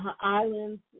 islands